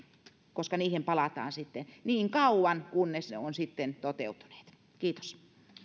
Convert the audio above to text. koska niihin palataan sitten niin kauan kunnes ne ovat toteutuneet kiitos